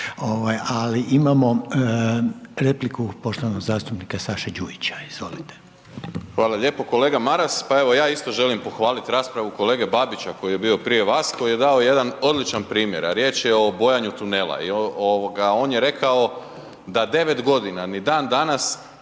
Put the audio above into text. ali imamo repliku poštovanog zastupnika Saše Đujića, izvolite. **Đujić, Saša (SDP)** Hvala lijepo. Kolega Maras, pa evo, ja isto želim pohvaliti raspravu, kolege Babića, koji je bio prije vas koji je dao jedan odličan primjer, a riječ je o bojanju tunela i on je rekao da 9 g. ni dan danas,